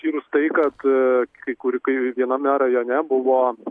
išskyrus tai kad kai kur kai viename rajone buvo